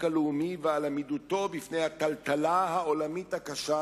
הלאומי ועל עמידותו בפני הטלטלה העולמית הקשה,